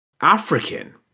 African